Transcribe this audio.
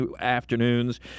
afternoons